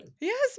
Yes